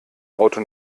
auto